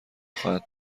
خواهد